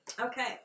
Okay